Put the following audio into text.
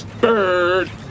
bird